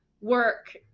work